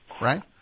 Right